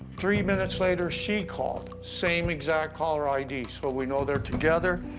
three minutes later, she called, same exact caller id. so we know they're together.